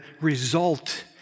result